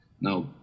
Now